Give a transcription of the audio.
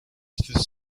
this